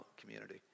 community